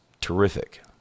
terrific